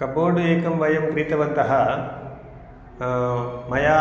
cupboard एकं वयं क्रीतवन्तः मया